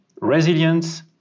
resilience